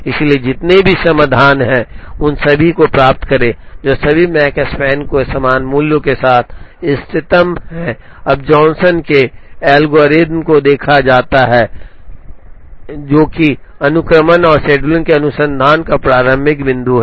इसलिए जितने भी समाधान हैं उन सभी को प्राप्त करें जो सभी मकस्पैन के समान मूल्य के साथ इष्टतम हैं अब जॉनसन के एल्गोरिदम को देखा जाता है कि अनुक्रमण और शेड्यूलिंग में अनुसंधान का प्रारंभिक बिंदु है